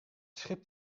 schip